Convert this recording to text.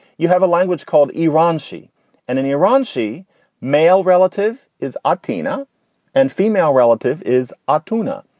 you have a language called iran. she and in iran, she male relative is atena and female relative is altoona.